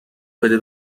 بده